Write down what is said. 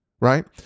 right